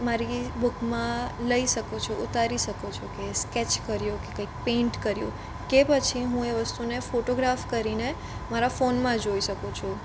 મારી બુકમાં લઇ શકું છું ઉતારી શકું છું કે સ્કેચ કર્યુ કે કંઇક પેઇન્ટ કર્યુ કે પછી હું એ વસ્તુને ફોટોગ્રાફ કરીને મારા ફોનમાં જોઇ શકું છું